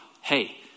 hey